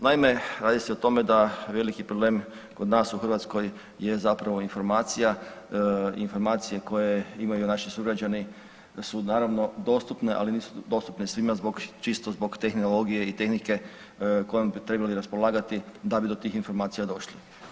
Naime, radi se o tome da veliki problem kod nas u Hrvatskoj je zapravo informacija, informacije koje imaju naši sugrađani su naravno dostupne, ali nisu dostupne svima čisto zbog tehnologije i tehnike kojom bi trebali raspolagati da bi do tih informacija došli.